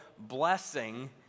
blessing